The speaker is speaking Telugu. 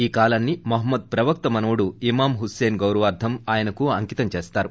ఈ కాలాన్ని మహ్మద్ ప్రవక్త మనవడు ఇమామ్ హుస్సేన్ గౌరవార్లం ఆయనకు అంకితం చేస్తారు